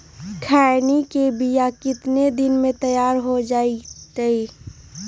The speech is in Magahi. खैनी के बिया कितना दिन मे तैयार हो जताइए?